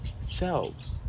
selves